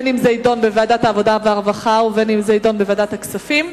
ועדת העבודה והרווחה או ועדת הכספים.